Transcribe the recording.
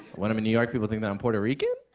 when i'm in new york, people think that i'm puerto rican?